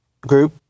group